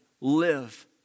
live